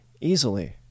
easily